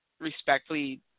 respectfully